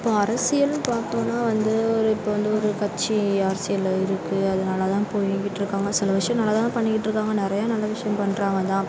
இப்போ அரசியல்னு பார்த்தோன்னா வந்து ஒரு இப்போ வந்து ஒரு கட்சி அரசியலில் இருக்குது அது நல்லாதான் போயிட்டிருக்காங்க ஆனால் சில விஷயம் நல்லாதான் பண்ணிக்கிட்டிருக்காங்க நிறையா நல்ல விஷயம் பண்ணுறாங்கதான்